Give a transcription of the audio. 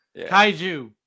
Kaiju